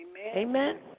Amen